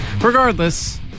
Regardless